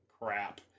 crap